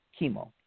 chemo